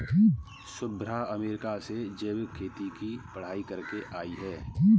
Shubhra America से जैविक खेती की पढ़ाई करके आई है